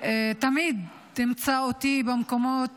תמיד תמצא אותי במקומות